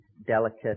delicate